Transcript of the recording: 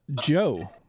Joe